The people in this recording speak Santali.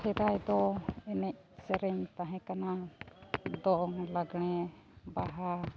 ᱥᱮᱫᱟᱭ ᱫᱚ ᱮᱱᱮᱡ ᱥᱮᱨᱮᱧ ᱛᱟᱦᱮᱸ ᱠᱟᱱᱟ ᱫᱚᱝ ᱞᱟᱜᱽᱬᱮ ᱵᱟᱦᱟ